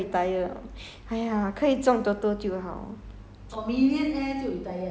有我等 jing wei like billion millionaire 我就 retire liao